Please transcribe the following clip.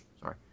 Sorry